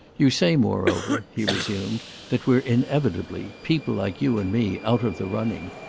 you say moreover, he resumed, that we're inevitably, people like you and me, out of the running.